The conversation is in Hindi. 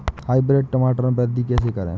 हाइब्रिड टमाटर में वृद्धि कैसे करें?